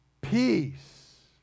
Peace